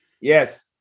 yes